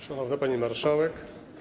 Szanowna Pani Marszałek!